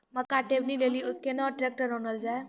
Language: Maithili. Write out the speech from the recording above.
मक्का टेबनी के लेली केना ट्रैक्टर ओनल जाय?